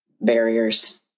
barriers